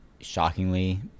shockingly